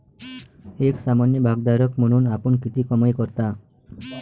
एक सामान्य भागधारक म्हणून आपण किती कमाई करता?